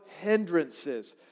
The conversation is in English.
hindrances